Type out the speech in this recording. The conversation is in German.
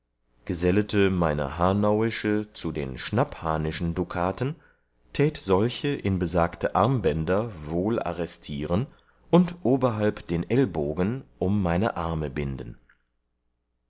gesellete meine hanauische zu den schnapphahnischen dukaten tät solche in besagte armbänder wohl arrestieren und oberhalb den ellenbogen um meine arme binden